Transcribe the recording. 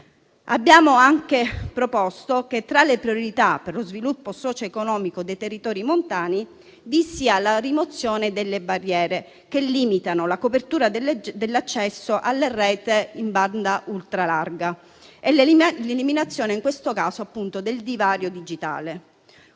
Abbiamo anche proposto che, tra le priorità per lo sviluppo socioeconomico dei territori montani, vi sia la rimozione delle barriere che limitano la copertura dell'accesso alla rete in banda ultra larga e l'eliminazione del divario digitale.